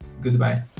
goodbye